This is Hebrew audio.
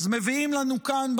אז מביאים לנו כאן,